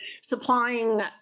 supplying